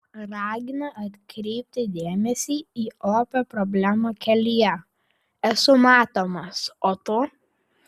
ragina atkreipti dėmesį į opią problemą kelyje esu matomas o tu